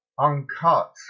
uncut